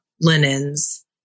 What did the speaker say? Linens